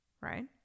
Right